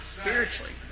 spiritually